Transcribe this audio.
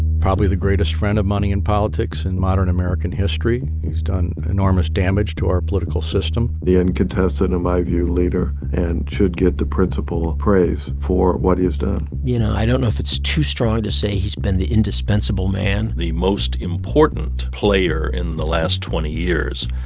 probably the greatest friend of money in politics in modern american history. he's done enormous damage to our political system the uncontested, in my view, leader and should get the principle praise for what is done you know, i don't know if it's too strong to say he's been the indispensable man the most important player in the last twenty years,